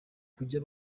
kujya